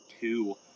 two